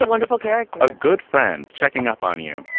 wonderful character, a good friend. checking up on you,